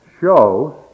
shows